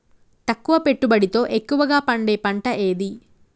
తక్కువ పెట్టుబడితో ఎక్కువగా పండే పంట ఏది?